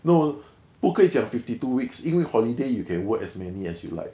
no 不可以讲 fifty two weeks 因为 holiday you can work as many as you like